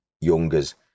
younger's